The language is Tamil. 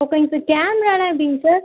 அப்போ இப்போ கேமராலாம் எப்படிங்க சார்